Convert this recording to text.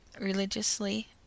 religiously